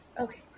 okay